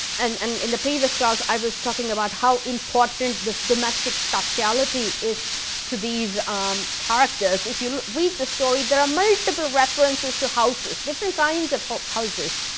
and and in the previous class, i was talking about how important this domestic spatiality is to these um characters. if you read the story, there are multiple references to houses, different kinds of houses,